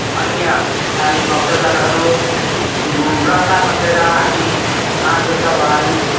अन्य हामी भक्तजनहरू व्रत बसेर हामी मा दुर्गा भवानी